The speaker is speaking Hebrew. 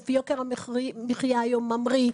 יוקר המחיה היום ממריא,